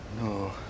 No